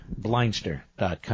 Blindster.com